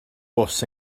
bws